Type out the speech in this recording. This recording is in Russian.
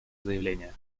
заявление